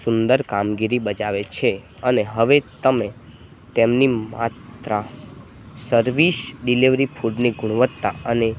સુંદર કામગીરી બજાવે છે અને હવે તમે તેમની માત્રા સર્વિસ ડિલેવરી ફૂડની ગુણવત્તા અને